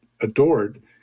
adored